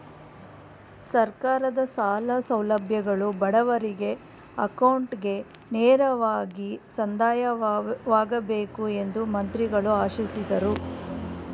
ಸರ್ಕಾರದ ಸಾಲ ಸೌಲಭ್ಯಗಳು ಬಡವರಿಗೆ ಅಕೌಂಟ್ಗೆ ನೇರವಾಗಿ ಸಂದಾಯವಾಗಬೇಕು ಎಂದು ಮಂತ್ರಿಗಳು ಆಶಿಸಿದರು